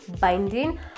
binding